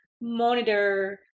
monitor